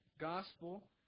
Gospel